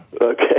okay